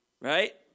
Right